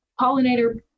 pollinator